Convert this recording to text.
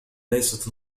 ليست